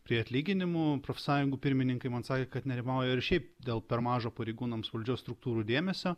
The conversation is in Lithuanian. prie atlyginimų profsąjungų pirmininkai man sakė kad nerimauja ir šiaip dėl per mažo pareigūnams valdžios struktūrų dėmesio